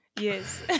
Yes